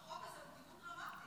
--- החוק הזה הוא תיקון דרמטי.